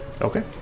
okay